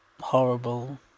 horrible